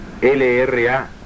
LRA